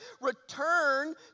return